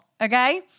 okay